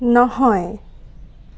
নহয়